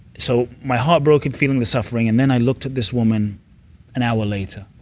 so my heart broke in feeling the suffering, and then i looked at this woman an hour later.